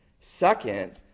Second